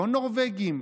לא נורבגים,